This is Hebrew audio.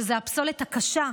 שהיא הפסולת הקשה,